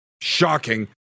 shocking